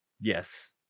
yes